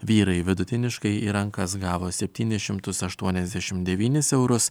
vyrai vidutiniškai į rankas gavo septynis šimtus aštuoniasdešimt devynis eurus